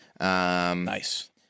Nice